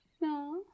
No